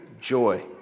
joy